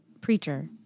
preacher